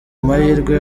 amahirwe